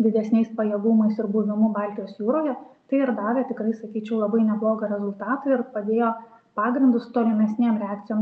didesniais pajėgumais ir buvimu baltijos jūroje tai ir davė tikrai sakyčiau labai neblogą rezultatą ir padėjo pagrindus tolimesnėm reakcijom